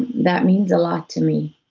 that means a lot to me,